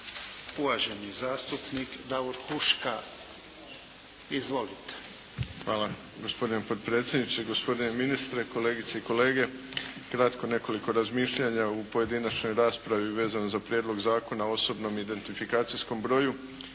Uvaženi zastupnik Davor Huška. Izvolite. **Huška, Davor (HDZ)** Hvala gospodine potpredsjedniče, gospodine ministre, kolegice i kolege. Kratko, nekoliko razmišljanja, u pojedinačnoj raspravi, vezano za Prijedloga zakona o osobnom identifikacijskom broju